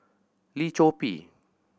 Lim Chor Pee